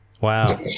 Wow